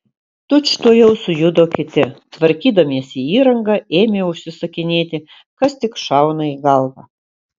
tučtuojau sujudo kiti tvarkydamiesi įrangą ėmė užsisakinėti kas tik šauna į galvą